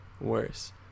worse